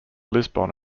lisbon